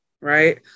Right